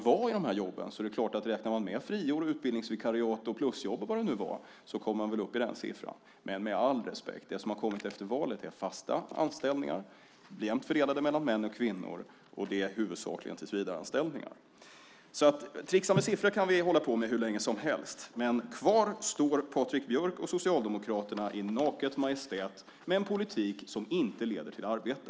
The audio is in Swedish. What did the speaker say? Om man räknar med friår, utbildningsvikariat, plusjobb eller vad det nu var kommer man väl upp i den siffran. Med all respekt - det som har kommit efter valet är fasta anställningar, jämnt fördelade mellan män och kvinnor. Och det är huvudsakligen tillsvidareanställningar. Vi kan hålla på att tricksa med siffror hur länge som helst. Men kvar står Patrik Björck och Socialdemokraterna i naket majestät med en politik som inte leder till arbete.